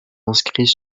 inscrits